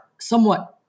somewhat